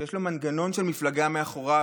שיש לו מנגנון של מפלגה מאחוריו,